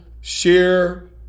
share